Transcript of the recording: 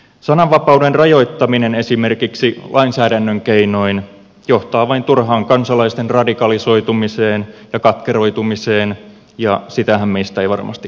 sananvapauden rajoittaminen esimerkiksi lainsäädännön keinoin johtaa vain turhaan kansalaisten radikalisoitumiseen ja katkeroitumiseen ja sitähän meistä ei varmasti kukaan halua